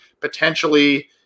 Potentially